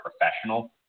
professional